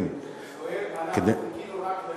זוהיר, חיכינו רק לך.